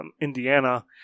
indiana